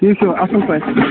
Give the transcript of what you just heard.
ٹھیٖک چھُوا اصٕل پٲٹھۍ